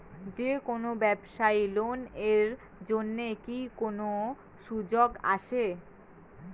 যে কোনো ব্যবসায়ী লোন এর জন্যে কি কোনো সুযোগ আসে?